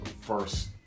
first